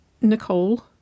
Nicole